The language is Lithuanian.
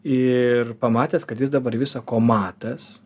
ir pamatęs kad vis dabar visa ko matas